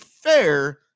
fair